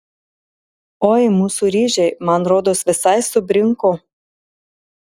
oi mūsų ryžiai man rodos visai subrinko